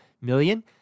million